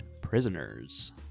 Prisoners